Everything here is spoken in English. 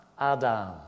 Adam